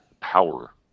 power